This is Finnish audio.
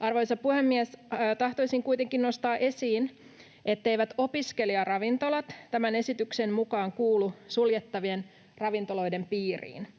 Arvoisa puhemies! Tahtoisin kuitenkin nostaa esiin, etteivät opiskelijaravintolat tämän esityksen mukaan kuulu suljettavien ravintoloiden piiriin.